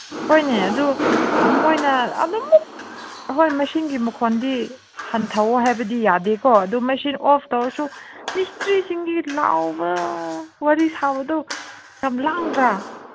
ꯍꯣꯏꯅꯦ ꯑꯗꯨ ꯃꯣꯏꯅ ꯑꯗꯨꯃꯛ ꯍꯣꯏ ꯃꯦꯁꯤꯟꯒꯤ ꯃꯈꯣꯟꯗꯤ ꯍꯟꯊꯧꯋꯣ ꯍꯥꯏꯕꯗꯤ ꯌꯥꯗꯦꯀꯣ ꯑꯗꯨ ꯃꯦꯁꯤꯟ ꯑꯣꯐ ꯇꯧꯔꯁꯨ ꯃꯤꯁꯇ꯭ꯔꯤꯁꯤꯡꯒꯤ ꯂꯥꯎꯕꯒ ꯋꯥꯔꯤ ꯁꯥꯕꯗꯣ ꯌꯥꯝ ꯂꯥꯡꯗ꯭ꯔꯥ